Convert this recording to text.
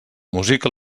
música